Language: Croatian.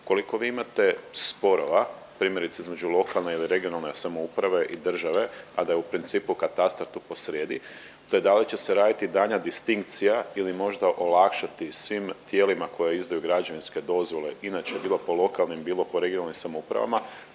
Koliko vi imate sporova primjerice između lokalne ili regionalne samouprave i države, a da je u principu katastar tu posrijedi, te da li će se raditi daljnja distinkcija ili možda olakšati svim tijelima koja izdaju građevinske dozvole, inače bilo po lokalnim, bilo po regionalnim samoupravama,